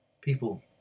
people